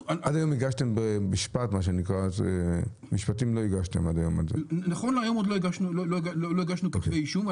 עד היום לא הגשתם --- נכון להיום עוד לא הגשנו כתבי אישום.